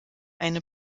eine